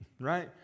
right